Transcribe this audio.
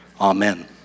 Amen